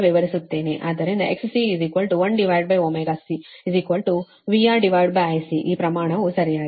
ಆದ್ದರಿಂದ XC 1ωC VRIC ಈ ಪ್ರಮಾಣವು ಸರಿಯಾಗಿದೆ